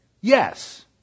Yes